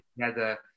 together